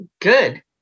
Good